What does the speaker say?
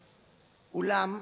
אולם,